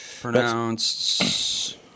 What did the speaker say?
Pronounced